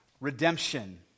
redemption